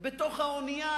בתוך האונייה,